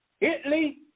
Italy